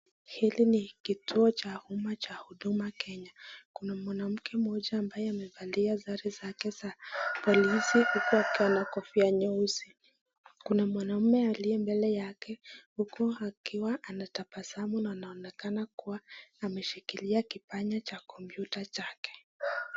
Hili ni kituo cha umma cha Huduma Kenya. Kuna mwanamke mmoja ambaye amevalia sare zake za polisi huku akiwa na kofia nyeusi, kuna mwanaume aliye mbele yake huku akiwa anatabasamu anaonekana kuwa ameshikilia kipanya cha kompuyta chake.